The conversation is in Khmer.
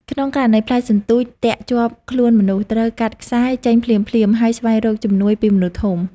ក្នុងករណីផ្លែសន្ទូចទាក់ជាប់ខ្លួនមនុស្ស ត្រូវ កាត់ខ្សែ ចេញភ្លាមៗ ហើយស្វែងរកជំនួយពីមនុស្សធំ។